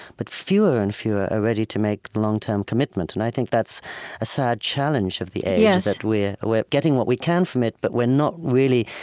but fewer and fewer are ready to make a long-term commitment. and i think that's a sad challenge of the age, that we're we're getting what we can from it, but we're not really